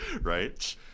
right